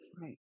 right